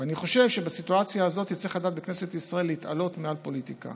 אני חושב שבסיטואציה הזאת צריך לדעת בכנסת ישראל להתעלות מעל פוליטיקה